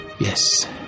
Yes